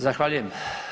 Zahvaljujem.